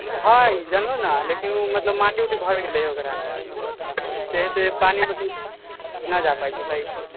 ओ हय जानललुँ ने मतलब माटी उटी भरि गेलै हँ ओकरामे से पानी नहि जा पाबै छै सही से